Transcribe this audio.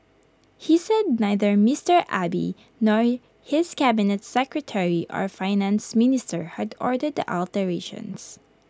he said neither Mister Abe nor his cabinet secretary or Finance Minister had ordered the alterations